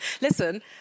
Listen